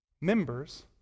members